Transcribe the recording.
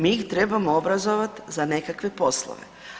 Mi ih trebamo obrazovati za nekakve poslove.